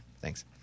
Thanks